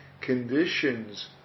conditions